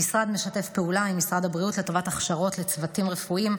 המשרד משתף פעולה עם משרד הבריאות לטובת הכשרות לצוותים רפואיים,